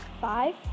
Five